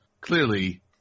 clearly